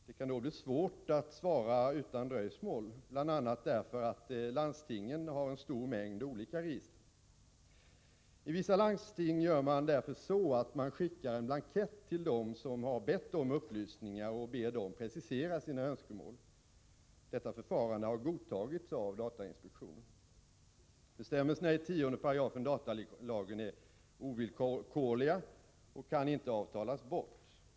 Det kan då bli svårt att svara utan dröjsmål, bl.a. därför att landstingen har en stor mängd olika register. I vissa landsting gör man därför så, att man skickar en blankett till dem som har bett om upplysningar och ber dem precisera sina önskemål. Detta förfarande har godtagits av datainspektionen. Bestämmelserna i 10 § datalagen är ovillkorliga och kan inte avtalas bort.